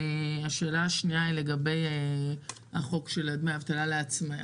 השאלה השנייה היא לגבי חוק דמי אבטלה לעצמאים.